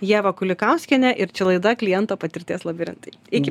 ieva kulikauskienė ir čia laida kliento patirties labirintai iki